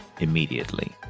immediately